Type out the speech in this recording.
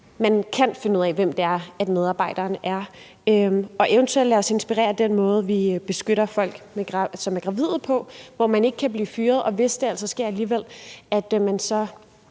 man kan finde ud af, hvem medarbejderen er. Eventuelt kan vi lade os inspirere af den måde, vi beskytter folk, som er gravide, på, hvor man ikke kan blive fyret, og hvis det altså sker alligevel, at man så